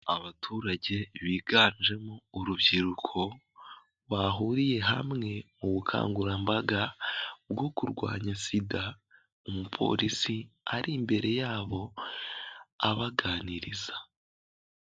Abaturage biganjemo urubyiruko bahuriye hamwe mu bukangurambaga bwo kurwanya sida, umupolisi ari imbere yabo abaganiriza.